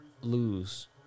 lose